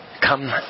Come